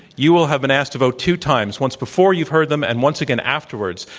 you will have been asked to vote two times once before you've heard them and once again afterwards.